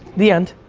the end.